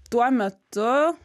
tuo metu